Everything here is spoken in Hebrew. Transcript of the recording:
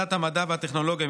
בוועדת המדע והטכנולוגיה,